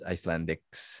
Icelandics